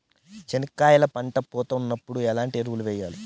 చెనక్కాయలు పంట పూత ఉన్నప్పుడు ఎట్లాంటి ఎరువులు వేయలి?